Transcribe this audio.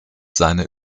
seine